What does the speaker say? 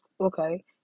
okay